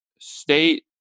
State